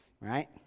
right